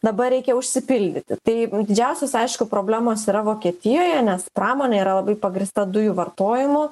dabar reikia užsipildyti tai didžiausios aišku problemos yra vokietijoje nes pramonė yra labai pagrįsta dujų vartojimu